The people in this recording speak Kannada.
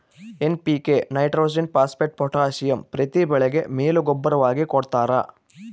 ಏನ್.ಪಿ.ಕೆ ನೈಟ್ರೋಜೆನ್ ಫಾಸ್ಪೇಟ್ ಪೊಟಾಸಿಯಂ ಪ್ರತಿ ಬೆಳೆಗೆ ಮೇಲು ಗೂಬ್ಬರವಾಗಿ ಕೊಡ್ತಾರ